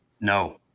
No